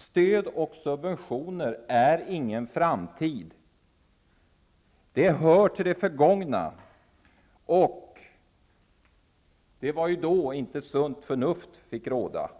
Stöd och subventioner är inte någon framtid. Det hör till det förgångna, då inte sunt förnuft fick råda.